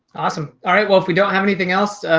awesome. all right. well, if we don't have anything else,